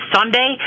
Sunday